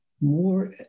more